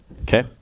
Okay